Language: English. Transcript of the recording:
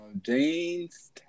James